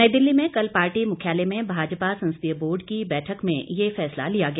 नई दिल्ली में कल पार्टी मुख्यालय में भाजपा संसदीय बोर्ड की बैठक में यह फैसला लिया गया